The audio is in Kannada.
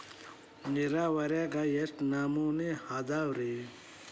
ನೇರಾವರಿಯಾಗ ಎಷ್ಟ ನಮೂನಿ ಅದಾವ್ರೇ?